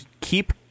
keep